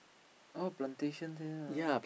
oh plantation there ah